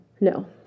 No